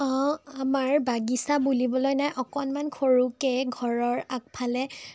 আমাৰ বাগিচা বুলিবলৈ নাই অকণমান সৰুকৈ ঘৰৰ আগফালে